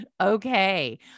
Okay